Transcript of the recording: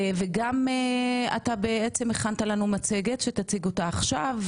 וגם הכנת לנו מצגת בעצם שתציג אותה עכשיו,